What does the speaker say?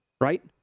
right